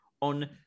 on